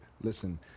Listen